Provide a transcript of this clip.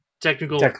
technical